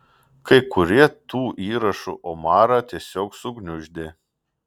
kai kurie tų įrašų omarą tiesiog sugniuždė